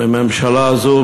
מממשלה זו?